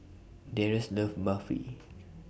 Darrius loves Barfi